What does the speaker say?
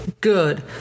good